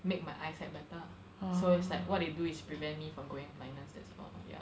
make my eyesight better ah so it's like what they do is prevent me from going blindness that's all ya